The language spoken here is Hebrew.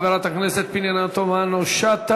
חברת הכנסת פנינה תמנו-שטה,